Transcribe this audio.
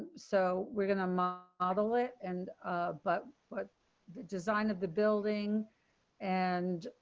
so we're going to model it and but what the design of the building and